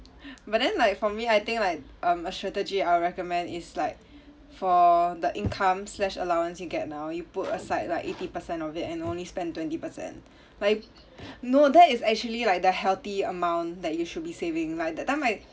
but then like for me I think like um a strategy I'll recommend is like for the income slash allowance you get now you put aside like eighty percent of it and only spend twenty percent like no that is actually like the healthy amount like you should be saving like the time I